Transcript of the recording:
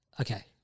Okay